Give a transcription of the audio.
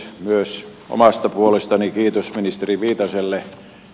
myös omasta puolestani kiitos ministeri viitaselle